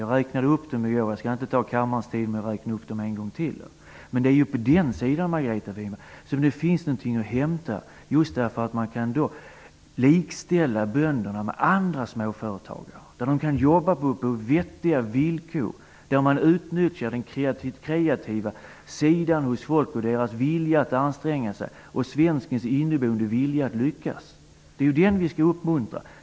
Jag räknade upp dem i går och skall inte ta kammarens tid i anspråk en gång till i det avseendet. Det är alltså på subventionssidan som det finns något att hämta, därför att man kan likställa bönderna med andra småföretagare. De skall kunna jobba under vettiga villkor. Människors kreativitet och vilja att anstränga sig skall utnyttjas. Svenskens inneboende vilja att lyckas skall vi också uppmuntra.